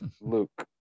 Luke